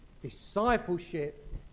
Discipleship